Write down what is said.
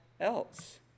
else